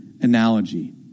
analogy